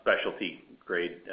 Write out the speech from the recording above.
specialty-grade